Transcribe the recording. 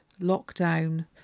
lockdown